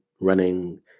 running